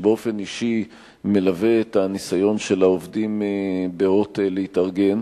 שבאופן אישי מלווה את הניסיון של העובדים ב"הוט" להתארגן,